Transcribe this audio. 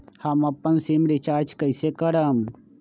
हम अपन sim recharge कइसे करम?